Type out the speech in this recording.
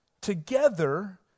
together